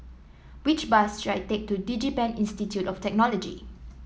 which bus should I take to DigiPen Institute of Technology